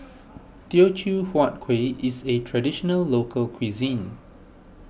Teochew Huat Kueh is a Traditional Local Cuisine